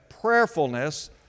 prayerfulness